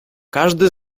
każdy